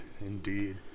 Indeed